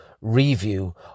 review